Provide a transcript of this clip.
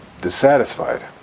dissatisfied